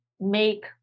make